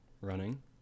running